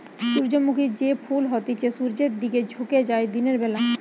সূর্যমুখী যে ফুল হতিছে সূর্যের দিকে ঝুকে যায় দিনের বেলা